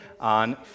on